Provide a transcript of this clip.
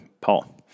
Paul